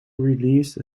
released